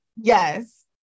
yes